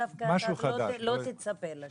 דווקא אתה לא תצפה לשאלה.